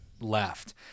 left